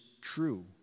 true